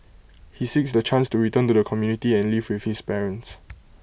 he seeks the chance to return to the community and live with his parents